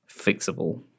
fixable